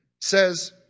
says